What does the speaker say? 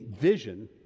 vision